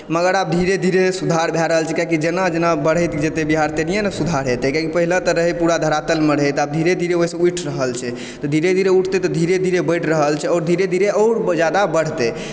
मगर आब धीरे धीरे सुधार भै रहल छै किआकि जेना जेना बढ़ैत जेतय बिहार तेन्हिए न सुधार हेतय किआकि पहिले तऽ रहै पूरा धरातलमे रहै तऽ आब धीर धीरे ओहिसँ उठि रहल छै तऽ धीरे धीरे उठतै तऽ धीरे धीरे बढ़ि रहल छै आओर धीरे धीरे आओर जादा बढ़तै